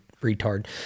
retard